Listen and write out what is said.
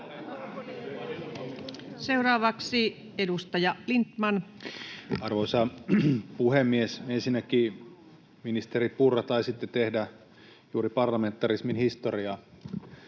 Time: 15:18 Content: Arvoisa puhemies! Ensinnäkin, ministeri Purra, taisitte tehdä juuri parlamentarismin historiaa: